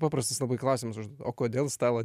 paprastus labai klausimus o kodėl stalo